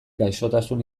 gaixotasun